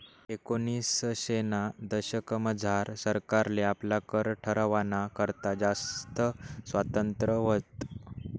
एकोनिसशेना दशकमझार सरकारले आपला कर ठरावाना करता जास्त स्वातंत्र्य व्हतं